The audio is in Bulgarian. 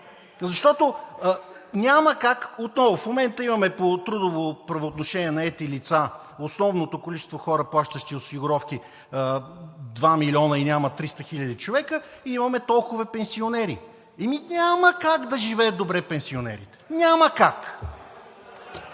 Защото няма как, отново.... В момента имаме наети лица по трудово правоотношение – основното количество хора, плащащи осигуровки – 2 милиона и няма 300 хиляди човека, и имаме толкова пенсионери. Ами няма как да живеят добре пенсионерите!